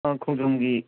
ꯈꯣꯡꯖꯣꯝꯒꯤ